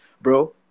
bro